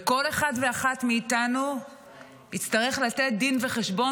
וכל אחד ואחת מאיתנו יצטרך לתת דין וחשבון